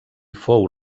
fou